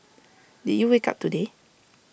did you wake up today